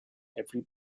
every